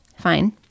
fine